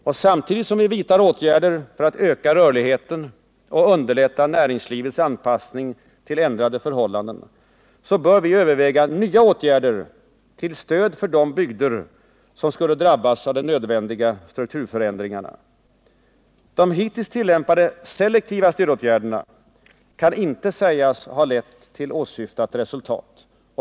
Och samtidigt som vi vidtar åtgärder för att öka rörligheten och underlätta näringslivets anpassning till ändrade förhållanden bör vi överväga nya åtgärder till stöd för de bygder som skulle drabbas av de nödvändiga strukturförändringarna. De hittills tillämpade selektiva stödåtgärderna kan inte sägas ha lett till åsyftat resultat.